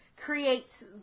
creates